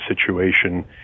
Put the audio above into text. situation